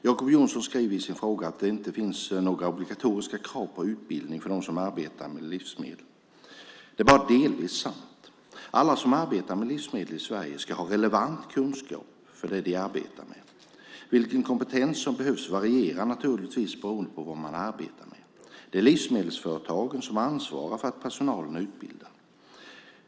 Jacob Johnson skriver i sin fråga att det inte finns några obligatoriska krav på utbildning för dem som arbetar med livsmedel. Det är bara delvis sant. Alla som arbetar med livsmedel i Sverige ska ha relevant kunskap för det de arbetar med. Vilken kompetens som behövs varierar naturligtvis beroende på vad man arbetar med. Det är livsmedelsföretagen som ansvarar för att personalen är utbildad.